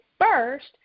first